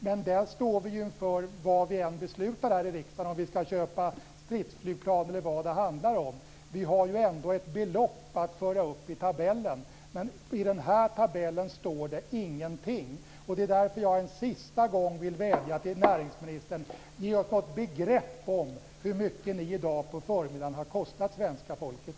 Men detta står vi ju inför vad vi än beslutar om här i riksdagen; om vi skall köpa stridsflygplan eller vad det än handlar om. Vi har ändå ett belopp att föra upp i tabellen. Men i den här tabellen står det ingenting! Det är därför jag en sista gång vädjar till näringsministern: Ge oss något begrepp om hur mycket regeringen i dag på förmiddagen har kostat svenska folket!